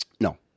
no